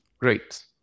great